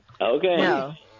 Okay